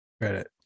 credit